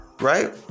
Right